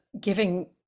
giving